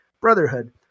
Brotherhood